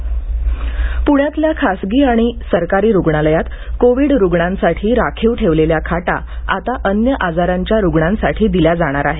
प्ण्यातल्या खासगी आणि सरकारी रुग्णालयात कोविड रुग्णांसाठी राखीव ठेवलेल्या खाटा आता अन्य आजारांच्या रुग्णांसाठी दिल्या जाणार आहेत